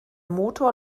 motor